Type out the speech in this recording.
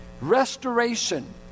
restoration